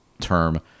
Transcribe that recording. term